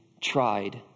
tried